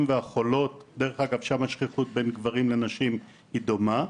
שם השכיחות בין גברים לנשים היא דומה.